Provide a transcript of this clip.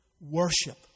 worship